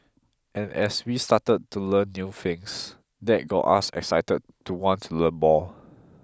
and as we started to learn new things that got us excited to want to learn more